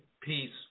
peace